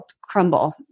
crumble